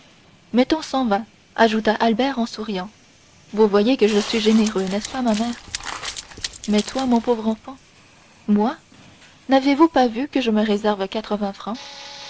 mettons cent vingt ajouta albert en souriant vous voyez que je suis généreux n'est-ce pas ma mère mais toi mon pauvre enfant moi n'avez-vous pas vu que je me réserve quatre-vingts francs